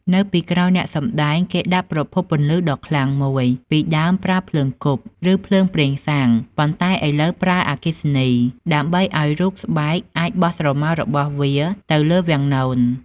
នៅពីក្រោយអ្នកសម្តែង គេដាក់ប្រភពពន្លឺដ៏ខ្លាំងមួយ ពីដើមប្រើភ្លើងគប់ ឬភ្លើងប្រេងសាំង ប៉ុន្តែឥឡូវប្រើអគ្គិសនី ដើម្បីឱ្យរូបស្បែកអាចបោះស្រមោលរបស់វាទៅលើវាំងនន។